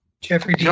Jeffrey